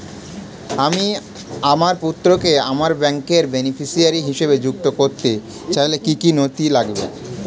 আমি আমার পুত্রকে আমার ব্যাংকের বেনিফিসিয়ারি হিসেবে সংযুক্ত করতে চাইলে কি কী নথি লাগবে?